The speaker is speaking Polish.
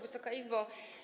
Wysoka Izbo!